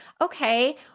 Okay